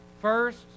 first